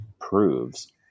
proves